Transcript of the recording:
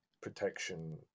protection